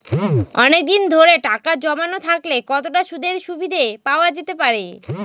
অনেকদিন ধরে টাকা জমানো থাকলে কতটা সুদের সুবিধে পাওয়া যেতে পারে?